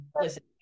listen